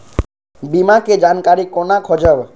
बीमा के जानकारी कोना खोजब?